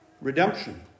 Redemption